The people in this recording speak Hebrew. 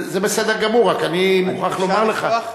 זה בסדר גמור, רק אני מוכרח לומר לך,